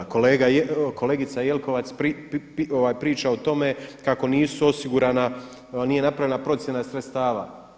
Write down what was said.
Kolegica Jelkovac priča o tome kako nisu osigurana, nije napravljena procjena sredstava.